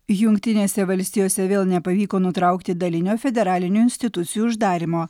jungtinėse valstijose vėl nepavyko nutraukti dalinio federalinių institucijų uždarymo